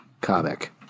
comic